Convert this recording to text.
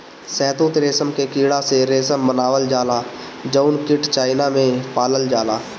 शहतूत रेशम के कीड़ा से रेशम बनावल जाला जउन कीट चाइना में पालल जाला